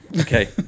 Okay